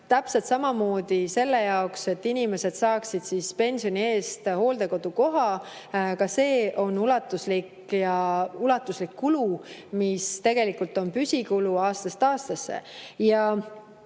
– see on selle jaoks, et inimesed saaksid pensioni eest hooldekodukoha. Ka see on ulatuslik kulu, mis tegelikult on püsikulu aastast aastasse.